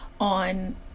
on